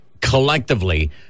collectively